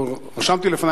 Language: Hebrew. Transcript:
או רשמתי לפני,